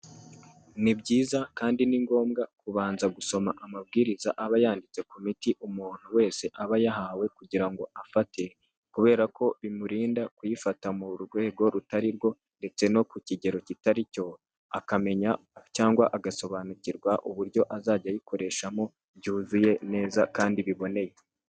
Ni byiza kandi ni ngombwa kubanza gusoma amabwiriza aba yanditse ku miti umuntu wese aba yahawe kugira ngo afate kubera ko bimurinda kuyifata mu rwego rutari rwo ndetse no ku kigero kitari cyo, akamenya cyangwa agasobanukirwa uburyo azajya ayikoreshamo byuzuye neza kandi biboneye.